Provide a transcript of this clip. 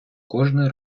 кожний